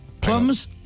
Plums